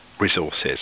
resources